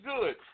good